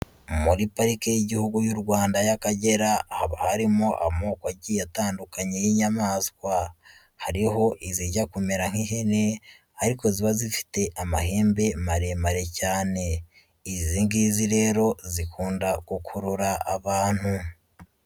Muri parike y'Igihugu y'u Rwanda y'Akagera haba harimo amoko agiye atandukanye y'inyamaswa, hariho izijya kumera nk'ihene ariko ziba zifite amahembe maremare cyane, izi ngizi rero zikunda gukurura abantu.